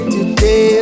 Today